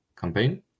campaign